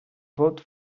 both